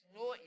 no